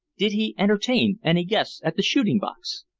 did he entertain any guests at the shooting-box?